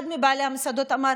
אחד מבעלי המסעדות אמר: